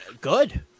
Good